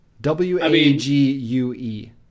W-A-G-U-E